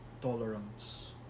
tolerance